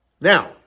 now